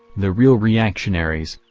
the real reactionaries,